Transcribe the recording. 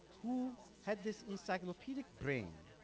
who had this encyclopedic brain